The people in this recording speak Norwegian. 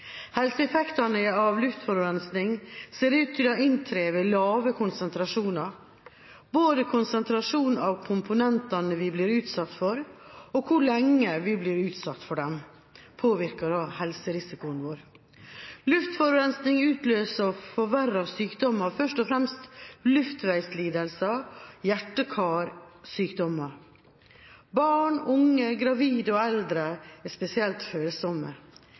Helseeffektene av luftforurensning ser ut til å inntre ved lave konsentrasjoner. Både konsentrasjonen av komponentene vi blir utsatt for, og hvor lenge vi blir utsatt for dem, påvirker helserisikoen vår. Luftforurensning utløser og forverrer sykdommer, først og fremst luftveislidelser og hjerte- og karsykdommer. Barn, unge, gravide og eldre er spesielt følsomme.